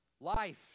Life